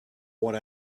what